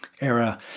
era